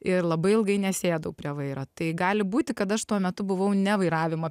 ir labai ilgai nesėdau prie vairo tai gali būti kad aš tuo metu buvau ne vairavimą